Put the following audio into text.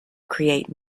create